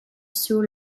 sur